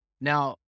now